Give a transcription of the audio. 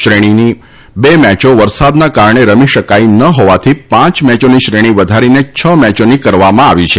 શ્રેણીમાં બે મેયો વરસાદના કારણે રમી શકાઈ ન હોવાથી પાંચ મેચોની શ્રેણી વધારીને છ મેચોની કરવામાં આવી છે